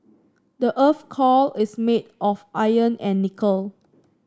the earth's core is made of iron and nickel